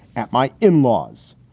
at my in-laws.